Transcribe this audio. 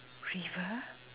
river